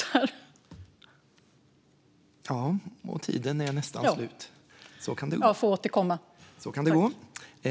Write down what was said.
Jag får återkomma.